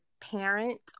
parent